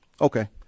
Okay